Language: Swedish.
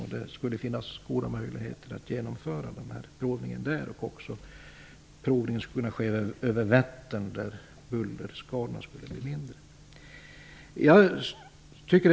Det skulle alltså finnas goda möjligheter att genomföra provningen där. Provningen skulle också kunna ske över Vättern, där bullerskadorna skulle bli mindre.